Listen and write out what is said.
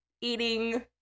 eating